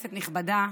כנסת נכבדה,